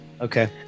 okay